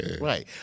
right